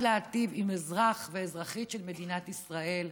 להיטיב עם אזרח ואזרחית של מדינת ישראל,